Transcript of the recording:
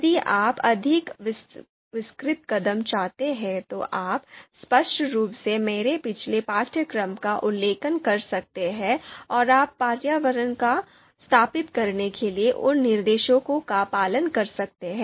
यदि आप अधिक विस्तृत कदम चाहते हैं तो आप स्पष्ट रूप से मेरे पिछले पाठ्यक्रम का उल्लेख कर सकते हैं और अपने पर्यावरण को स्थापित करने के लिए उन निर्देशों का पालन कर सकते हैं